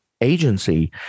agency